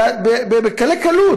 בקלי-קלות.